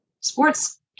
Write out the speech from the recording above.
Sports